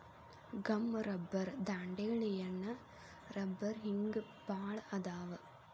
gum rubber dandelion ರಬ್ಬರ ಹಿಂಗ ಬಾಳ ಅದಾವ